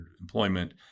employment